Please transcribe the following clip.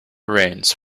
rains